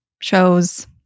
shows